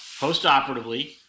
postoperatively